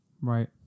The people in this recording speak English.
right